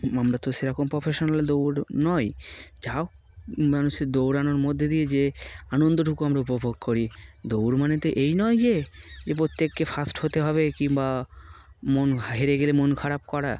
আমরা তো সেরকম প্রফেশনাল দৌড় নয় যা হোক মানুষের দৌড়ানোর মধ্যে দিয়ে যে আনন্দটুকু আমরা উপভোগ করি দৌড় মানে তো এই নয় যে প্রত্যেককে ফাস্ট হতে হবে কিংবা মন হেরে গেলে মন খারাপ করা